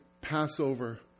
Passover